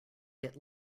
get